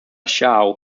shao